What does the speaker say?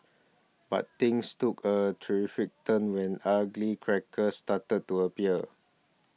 but things took a terrifying turn when ugly crackers started to appear